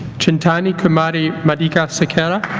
chinthani kumari madigasekara